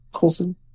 Coulson